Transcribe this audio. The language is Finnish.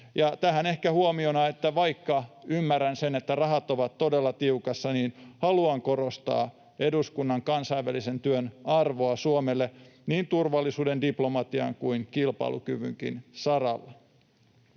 tähän ehkä huomiona, että vaikka ymmärrän sen, että rahat ovat todella tiukassa, niin haluan korostaa eduskunnan kansainvälisen työn arvoa Suomelle niin turvallisuuden, diplomatian kuin kilpailukyvynkin saralla.